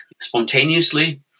spontaneously